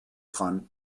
dran